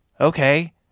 okay